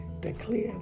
Declare